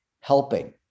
helping